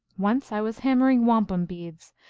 once i was hammering wampum beads,